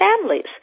families